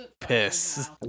piss